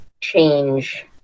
change